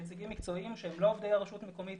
נציגים מקצועיים שהם לא עובדי הרשות המקומית.